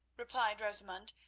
replied rosamund,